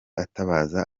atabaza